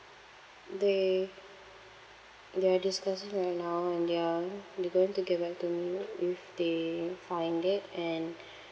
they they're discussing right now and they're they're going to get back to me if they find it and